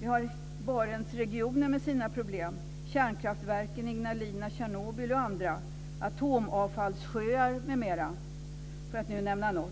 Vi har Barentsregionen med sina problem. Vi har kärnkraftverken; Ignalina, Tjernobyl och andra. Vi har atomavfallssjöar m.m. för att nu nämna något.